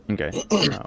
okay